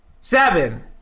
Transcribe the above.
Seven